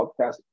podcast